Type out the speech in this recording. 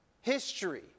history